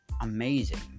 amazing